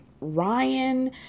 Ryan